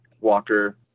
Walker